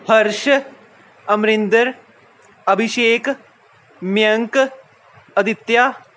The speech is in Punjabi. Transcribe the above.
ਹਰਸ਼ ਅਮਰਿੰਦਰ ਅਭਿਸ਼ੇਕ ਮੇਅੰਕ ਅਦਿਤਿਆ